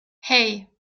hei